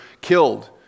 killed